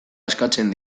askatzen